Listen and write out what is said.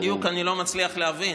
את זה בדיוק אני לא מצליח להבין.